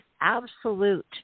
absolute